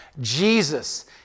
Jesus